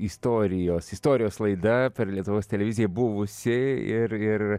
istorijos istorijos laida per lietuvos televiziją buvusi ir ir